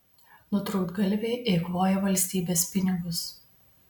nutrūktgalviai eikvoja valstybės pinigus